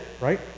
Right